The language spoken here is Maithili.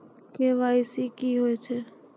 के.वाई.सी की होय छै?